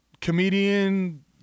comedian